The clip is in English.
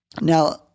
Now